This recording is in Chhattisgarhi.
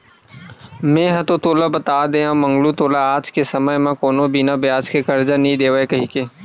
मेंहा तो तोला बता देव ना मंगलू तोला आज के समे म कोनो बिना बियाज के करजा नइ देवय कहिके